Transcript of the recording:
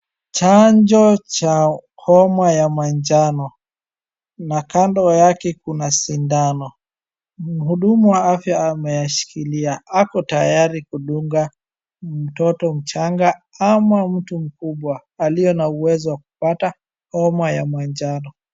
Chanjo cha homa ya manjano na kando yake kuna sindano. Mhudumu wa afya ameshikilia ako tayari kudunga mtoto mchanga ama mtu mkubwa aliye na uwezo wa kupata homa ya manjano.